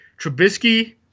Trubisky